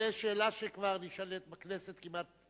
זו שאלה שכבר נשאלת בכנסת כמעט,